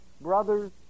brothers